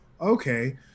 okay